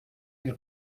die